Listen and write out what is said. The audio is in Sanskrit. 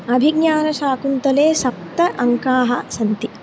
अभिज्ञानशाकुन्तले सप्त अङ्काः सन्ति